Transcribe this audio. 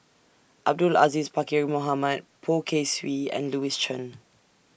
Abdul Aziz Pakkeer Mohamed Poh Kay Swee and Louis Chen